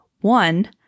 One